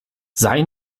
sei